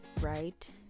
right